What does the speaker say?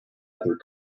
other